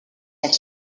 sont